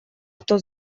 кто